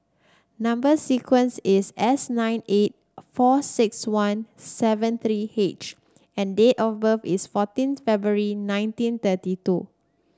number sequence is S nine eight four six one seven three H and date of birth is fourteenth February nineteen thirty two